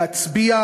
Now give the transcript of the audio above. להצביע